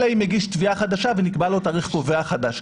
אלא אם הגיש תביעה חדשה ונקבע לו תאריך קובע חדש,